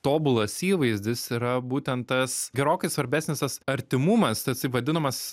tobulas įvaizdis yra būtent tas gerokai svarbesnis tas artimumas tasai vadinamas